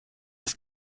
ist